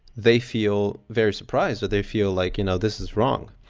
they feel very surprised or they feel like you know this is wrong.